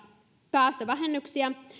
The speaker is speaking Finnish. päästövähennyksiä